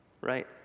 right